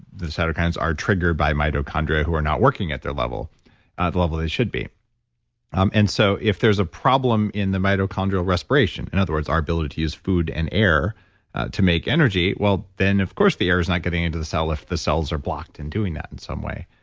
the the cytokines are triggered by mitochondria who are not working at their level, ah the level they should be um and so, if there's a problem in the mitochondrial respiration, in other words, our ability to use food and air to make energy, well, then, of course, the air is not getting into the cell if the cells are blocked and doing that in some way.